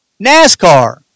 NASCAR